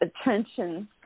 Attention